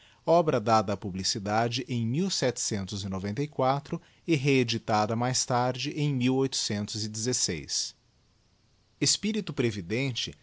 obra dada á publiekiads em e reeditando mais tarde em espirito previdente